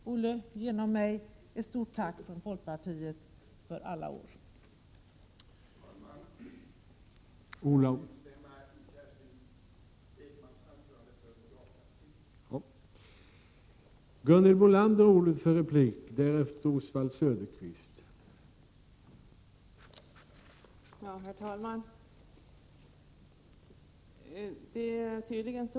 Folkpartiet vill genom mig framföra ett mycket stort tack till Olle Göransson för alla de gångna årens samarbete.